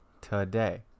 Today